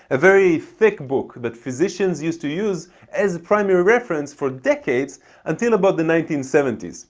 a very thick book that physicians used to use as a primary reference for decades until about the nineteen seventy s.